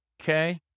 okay